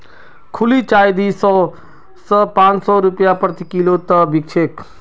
खुली चाय दी सौ स पाँच सौ रूपया प्रति किलो तक बिक छेक